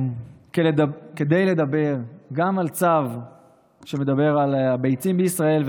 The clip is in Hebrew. כדי לדבר גם על צו שמדבר על הביצים בישראל,